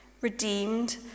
redeemed